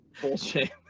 bullshit